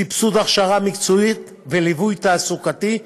סבסוד הכשרה מקצועית וליווי תעסוקתי,